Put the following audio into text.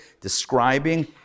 describing